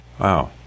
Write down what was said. Wow